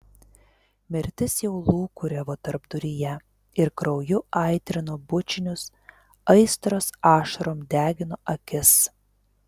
mirtis jau lūkuriavo tarpduryje ir krauju aitrino bučinius aistros ašarom degino akis